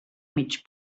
mig